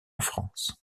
france